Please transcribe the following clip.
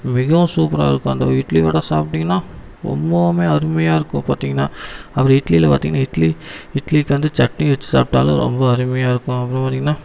மிகவும் சூப்பராக இருக்கும் அந்த இட்லி வடை சாப்பிடீங்கன்னா ரொம்பவுமே அருமையாக இருக்கும் பார்த்தீங்கன்னா அப்புறம் இட்லியில பார்த்தீங்கன்னா இட்லி இட்லிக்கு வந்து சட்னி வச்சி சாப்பிடாலும் ரொம்ப அருமையாக இருக்கும் அப்புறம் பார்த்தீங்கன்னா